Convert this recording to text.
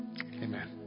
Amen